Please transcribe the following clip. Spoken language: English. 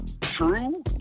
true